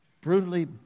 Brutally